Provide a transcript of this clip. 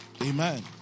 Amen